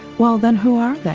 well then who are